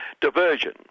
Diversion